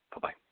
Bye-bye